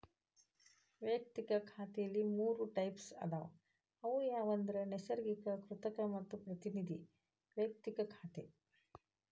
ವಯಕ್ತಿಕ ಖಾತೆಲಿ ಮೂರ್ ಟೈಪ್ಸ್ ಅದಾವ ಅವು ಯಾವಂದ್ರ ನೈಸರ್ಗಿಕ, ಕೃತಕ ಮತ್ತ ಪ್ರತಿನಿಧಿ ವೈಯಕ್ತಿಕ ಖಾತೆ